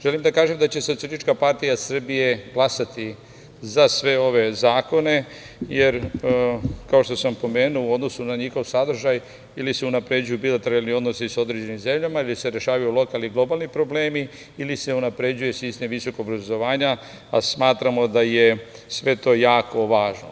Želim da kažem da će Socijalistička partija Srbije glasati za sve ove zakone, jer, kao što sam pomenuo, u odnosu na njihov sadržaj, ili se unapređuju bilateralni odnosi sa određenim zemljama, ili se rešavaju lokalni i globalni problemi ili se unapređuje sistem visokog obrazovanja a smatramo da je sve to jako važno.